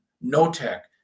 no-tech